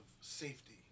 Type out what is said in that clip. safety